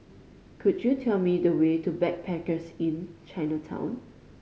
could you tell me the way to Backpackers Inn Chinatown